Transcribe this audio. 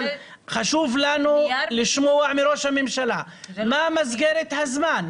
אבל חשוב לנו לשמוע מראש הממשלה מה מסגרת הזמן.